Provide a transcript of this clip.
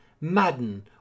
Madden